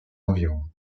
environs